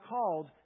called